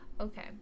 Okay